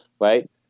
right